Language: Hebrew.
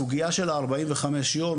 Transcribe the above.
סוגייה של 45 יום.